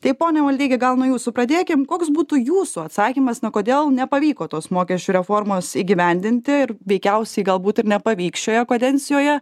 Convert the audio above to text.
tai pone maldeiki gal nuo jūsų pradėkim koks būtų jūsų atsakymas na kodėl nepavyko tos mokesčių reformos įgyvendinti ir veikiausiai galbūt ir nepavyks šioje kodencijoje